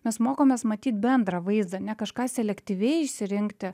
mes mokomės matyt bendrą vaizdą ne kažką selektyviai išsirinkti